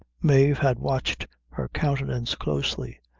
mave had watched her countenance closely,